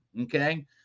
Okay